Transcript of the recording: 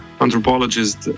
anthropologist